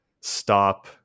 stop